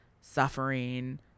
suffering